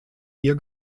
ihr